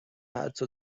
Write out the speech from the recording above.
حتا